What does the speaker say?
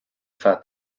feadh